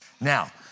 Now